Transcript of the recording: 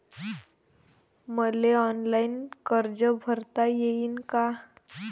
मले ऑनलाईन कर्ज भरता येईन का?